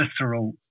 visceral